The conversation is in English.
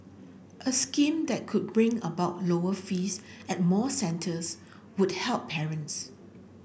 a scheme that could bring about lower fees at more centres would help parents